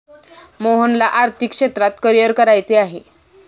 मोहनला आर्थिक क्षेत्रात करिअर करायचे आहे